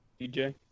DJ